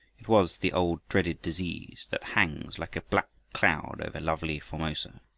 it was the old dreaded disease that hangs like a black cloud over lovely formosa,